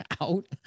out